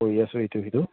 কৰি আছোঁ ইটো সিটো